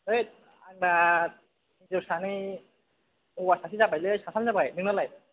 होथ आंना हिन्जाव सानै हौवा सासे जाबायलै साथाम जाबाय नोंनालाय